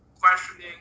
questioning